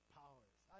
powers